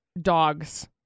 dogs